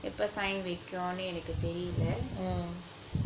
எப்போ:eppo sign வெக்குனு எனக்கு தெரியில:vekkunu enakku theriyila